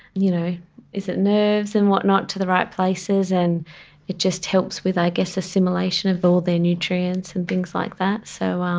you know is it nerves and whatnot, to the right places, and it just helps with i guess assimilation of all their nutrients and things like that. so